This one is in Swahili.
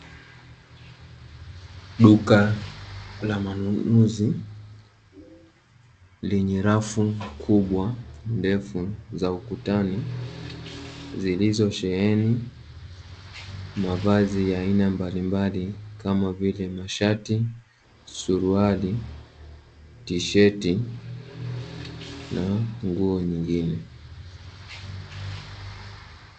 Duka la manunuzi lenye rafu kubwa ndefu za ukutani zilizosheheni mavazi ya aina mbalimbali kama vile: mashati, suruali, tisheti na nguo nyingine.